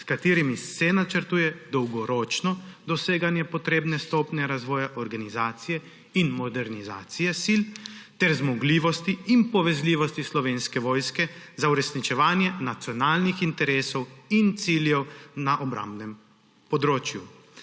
s katerim se načrtuje dolgoročno doseganje potrebne stopnje razvoja organizacije in modernizacije sil ter zmogljivosti in povezljivosti Slovenske vojske za uresničevanje nacionalnih interesov in ciljev na obrambnem področju.